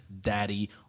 Daddy